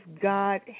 God